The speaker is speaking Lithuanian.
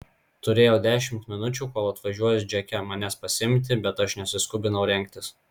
turėjau dešimt minučių kol atvažiuos džeke manęs pasiimti bet aš nesiskubinau rengtis